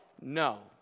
No